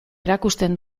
erakusten